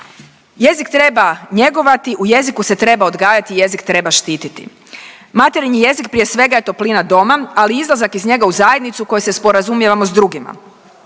Jezik treba njegovati, u jeziku se treba odgajati i jezik treba štititi. Materinji jezik prije svega je toplina doma, ali i izlazak iz njega u zajednicu kojim se sporazumijevamo s drugima.